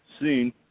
seen